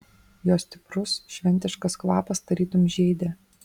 jo stiprus šventiškas kvapas tarytum žeidė